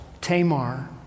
Tamar